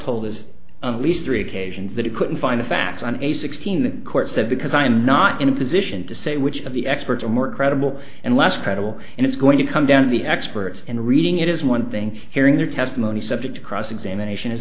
the least three occasions that it couldn't find the facts on a sixteen the court said because i'm not in a position to say which of the experts are more credible and less credible and it's going to come down to the experts in reading it is one thing hearing their testimony subject to cross examination is